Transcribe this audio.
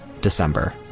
December